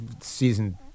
season